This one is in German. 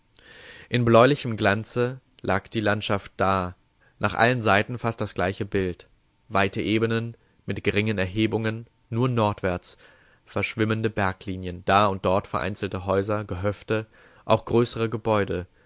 in bläulichem glanze lag die landschaft da nach allen seiten fast das gleiche bild weite ebenen mit geringen erhebungen nur nordwärts verschwimmende berglinien da und dort vereinzelte häuser gehöfte auch größere gebäude